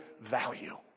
value